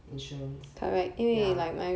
insurance